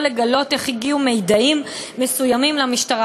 יכול לגלות איך הגיע מידע מסוים למשטרה.